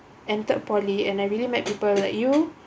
entered poly and I really met people like you